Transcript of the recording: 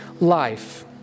life